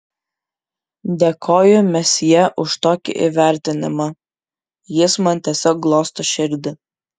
dėkoju mesjė už tokį įvertinimą jis man tiesiog glosto širdį